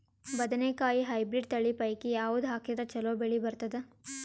ಬದನೆಕಾಯಿ ಹೈಬ್ರಿಡ್ ತಳಿ ಪೈಕಿ ಯಾವದು ಹಾಕಿದರ ಚಲೋ ಬೆಳಿ ಬರತದ?